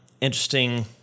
interesting